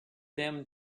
them